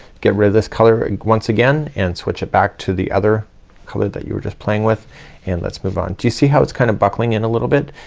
get rid of this color and once again and switch it back to the other color that you were just playing with and let's move on. do you see how it's kind of buckling in a little bit?